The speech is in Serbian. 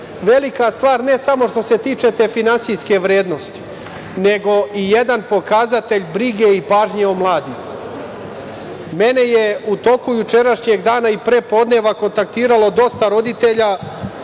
Velika stvar ne samo što se tiče te finansijske vrednosti, nego i jedan pokazatelj brige i pažnje o mladima. Mene je u toku jučerašnjeg dana i prepodneva kontaktiralo dosta roditelja